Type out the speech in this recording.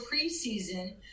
preseason